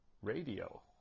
Radio